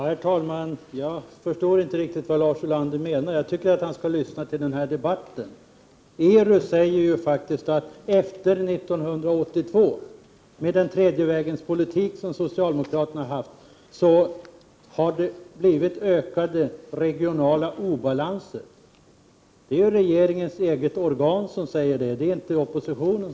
Herr talman! Jag förstår inte riktigt vad Lars Ulander menar. Jag tycker att 14 december 1988 han skall lyssna på debatten. dr bärga Sn ar ST ERU säger att det efter 1982, med den tredje vägens politik som socialdemokraterna har fört, har blivit ökade regionala obalanser. Det är regeringens eget organ som säger det, inte oppositionen.